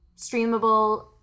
streamable